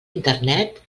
internet